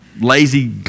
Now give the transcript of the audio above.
lazy